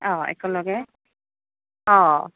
অঁ একেলগে অঁ